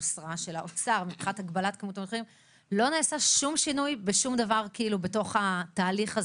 הוסרה לא נעשה שום שינוי ושום דבר בתוך התהליך הזה.